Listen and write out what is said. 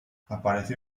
apareció